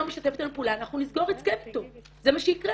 משתף איתנו פעולה אנחנו נסגור את --- זה מה שיקרה.